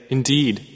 Indeed